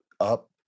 up